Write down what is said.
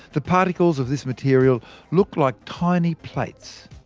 the particles of this material look like tiny plates.